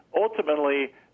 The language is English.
Ultimately